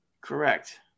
Correct